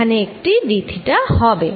এখানে একটি d theta হবে